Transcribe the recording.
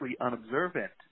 unobservant